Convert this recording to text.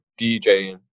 DJing